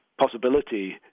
possibility